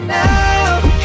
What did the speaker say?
now